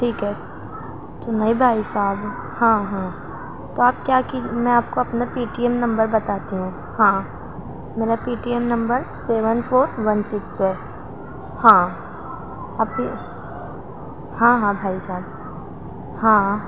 ٹھیک ہے تو نہیں بھائی صاحب ہاں ہاں تو آپ کیا کہ میں آپ کو اپنا پی ٹی ایم نمبر بتاتی ہوں ہاں میرا P T M number seven four one six ہے ہاں ابھی ہاں ہاں بھائی صاحب ہاں